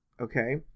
Okay